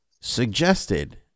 suggested